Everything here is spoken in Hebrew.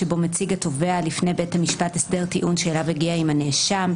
שבו מציג התובע לפני בית המשפט הסדר טיעון שאליו הגיע עם הנאשם,